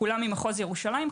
כולם ממחוז ירושלים.